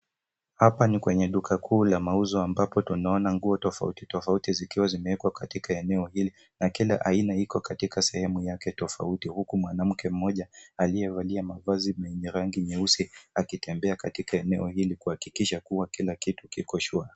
Hapa ni kwenye duka kuu la mauzo ambapo tunaona nguo tofautitofauti zikiwa zimewekwa katika eneo hili na kila aina iko katika sehemu yake tofauti huku mwanamke mmoja aliyevalia mavazi yenye rangi nyeusi akitembea katika eneo hili kuhakikisha kuwa kila kitu kiko shwari.